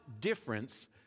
difference